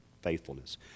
faithfulness